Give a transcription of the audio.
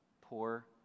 Poor